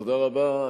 תודה רבה.